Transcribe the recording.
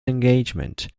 engagement